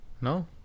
No